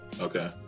Okay